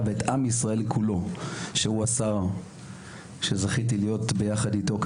ואת עם ישראל כולו שהוא השר שזכיתי להיות ביחד איתו.